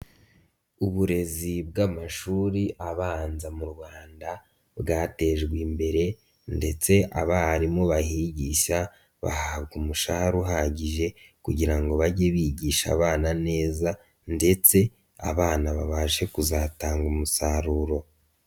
Uburezi bw'amashuri abanza mu Rwanda bwatejwe imbere ndetse abarimu bahigisha bahabwa umushahara uhagije kugira ngo bajye bigisha abana neza ndetse abana babashe kuzatanga umusaruro.